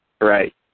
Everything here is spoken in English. Right